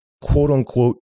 quote-unquote